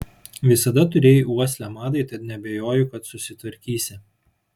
visada turėjai uoslę madai tad neabejoju kad susitvarkysi